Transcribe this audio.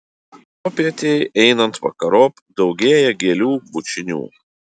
popietei einant vakarop daugėja gėlių bučinių